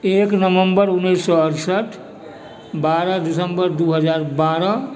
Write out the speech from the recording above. एक नवम्बर उन्नैस सए अठसठि बारह दिसम्बर दू हजार बारह